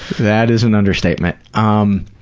that is an understatement. um